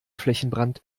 flächenbrand